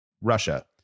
Russia